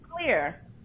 clear